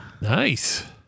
Nice